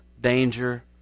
danger